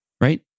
right